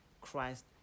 Christ